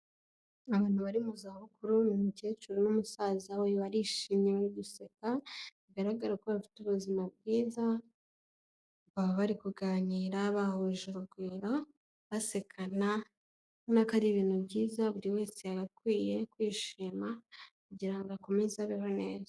Abantu bari mu zabukuru, ni umukecuru n'umusaza we, barishimye mu guseka, bigaragara ko bafite ubuzima bwiza, baba bari kuganira, bahuje urugwiro, basekana, ubona ko ari ibintu byiza, buri wese yagakwiye kwishima, kugira ngo akomeze abeho neza.